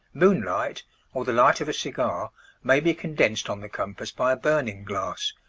moonlight or the light of a cigar may be condensed on the compass by a burning glass,